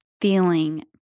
feeling